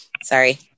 sorry